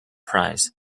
prize